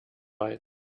weit